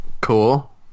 cool